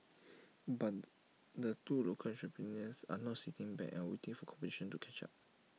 but the two local entrepreneurs are not sitting back and waiting for competition to catch up